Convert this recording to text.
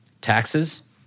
taxes